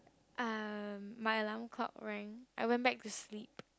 um my alarm clock rang I went back to sleep